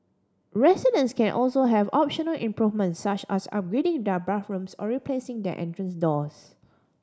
residents can also have optional improvements such as upgrading their bathrooms or replacing their entrance doors